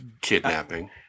Kidnapping